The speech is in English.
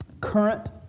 current